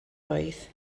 oedd